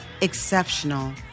Exceptional